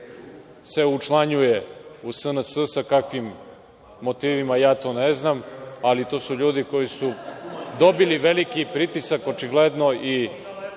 učlanio u SNS. Sa kakvim motivima – ja to ne znam, ali, to su ljudi koji su dobili veliki pritisak, očigledno, i